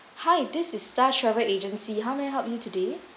hi this is star travel agency how may I help you today